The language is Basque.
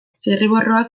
zirriborroak